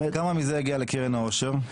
כמה זה יגיע לקרן העושר?